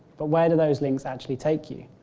but where do those links actually take you?